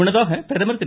முன்னதாக பிரதமர் திரு